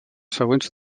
següents